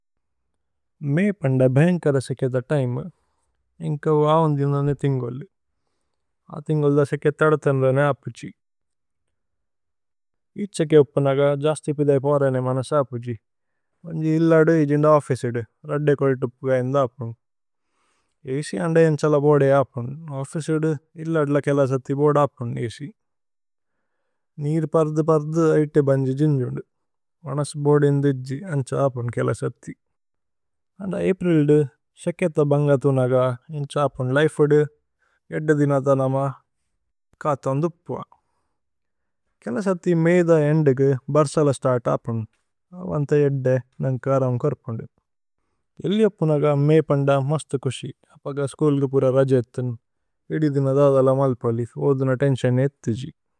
May പന്ദ ഭേന്കരസേകേ ഥ തിമേ, ഏന്കവു അവന്ദി। അന്ദനേ തിന്ഗോലി അ തിന്ഗോലസേകേ ഥദതനേ രേനേ അപുജി। ഇത്സകേ ഉപനഗ ജസ്തിപിദേ പോരനേ മനസ അപുജി। ഭന്ജി ഇല്ലദു ഇജിന്ദു ഓഫിസിദു രദ്ദേ കോജിതുപു ഗൈന്ദു। അപുന് ഏഇസി അന്ദേ ഇന്ഛല ബോദേ അപുന് ഓഫിസിദു ഇല്ലദ്ല। കേല സഥി ബോദേ അപുന് ഏഇസി നീര് പര്ധു പര്ധു ഐതേ। ബന്ജി ജിന്ജുന്ദു മനസ ബോദേ ഇന്ദിജ്ജി അന്ഛ അപുന് കേല। സഥി അന്ദ ഏപ്രില്ദു സേക്കേത ബന്ഗതു നഗ ഇന്ഛ അപുന്। ലൈഫുദു ഏദ്ദ ദിനത നമ കഥു അന്ദു പ്പുഅ കേല। സഥി മേഇദ ഏന്ദുഗു ബര്സല സ്തര്ത് അപുന് അവന്ത ഏദ്ദേ। നന്ഗ്കരമു കോര്പുന്ദു ഏല്ലി അപുനഗ മേ പന്ദ മസ്തു। കുശി അപഗ സ്കൂല്ഗു പുര രജേഥുന് ഏദിദിന ധദ। ല മല്പോലി ഓദുന തേന്സിഓന് ഏത്ഥിജി।